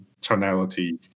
tonality